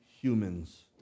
humans